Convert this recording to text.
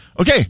Okay